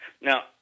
Now